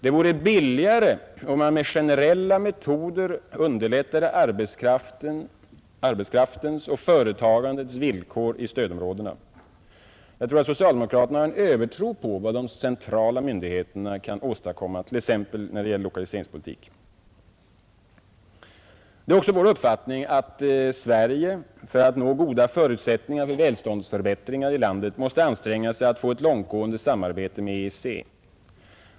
Det vore billigare att med generella metoder underlätta arbetskraftens och företagandets villkor i stödområdena. Jag tror att socialdemokraterna har en övertro på vad de centrala myndigheterna kan åstadkomma t.ex. när det gäller lokaliseringspolitik. Det är även vår uppfattning att Sverige för att nå goda förutsättningar för välståndsförbättringar måste anstränga sig för att få ett långt gående samarbete med EEC.